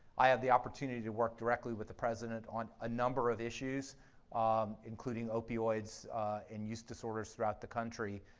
i have the opportunity to work directly with the president on a number of issues um including opioids and use disorders throughout the country,